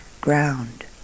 ground